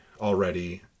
already